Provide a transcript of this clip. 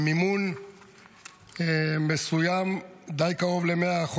מימון מסוים, די קרוב ל-100%.